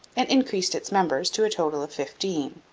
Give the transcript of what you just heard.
and increased its members to a total of fifteen.